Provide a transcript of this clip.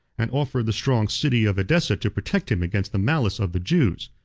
and offered the strong city of edessa to protect him against the malice of the jews.